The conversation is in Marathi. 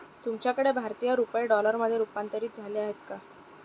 तुमच्याकडे भारतीय रुपये डॉलरमध्ये रूपांतरित झाले आहेत का?